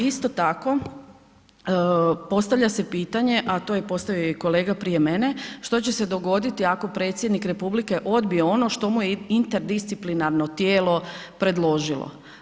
Isto tako, postavlja se pitanje a to je postavio i kolega prije mene, što će se dogoditi ako Predsjednik Republike odbije ono što mu je interdisciplinarno tijelo predložilo?